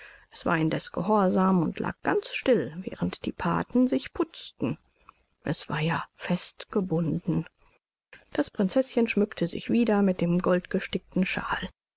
es war indeß gehorsam und lag ganz still während die pathen sich putzten es war ja festgebunden das prinzeßchen schmückte sich wieder mit dem goldgestickten shawl